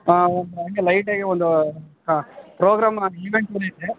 ಹಾಂ ಹಾಗೆ ಲೈಟಾಗಿ ಒಂದು ಹಾಂ ಪ್ರೋಗ್ರಾಮ ಈವೆಂಟ್ ನಡಿಯುತ್ತೆ